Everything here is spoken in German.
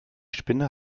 spinne